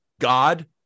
God